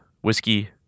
whiskey